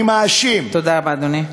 אני מאשים, תודה רבה, אדוני.